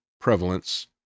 prevalence